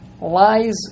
lies